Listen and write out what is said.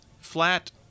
flat